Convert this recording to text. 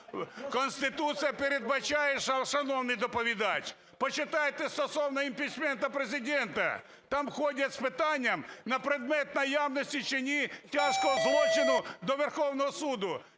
Конституція передбачає, шановний доповідач, почитайте стосовно імпічменту Президента, там ходять з питанням на предмет наявності чи ні тяжкого злочину до Верховного Суду.